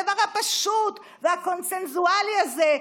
הדבר הפשוט והקונסנזואלי הזה.